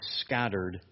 scattered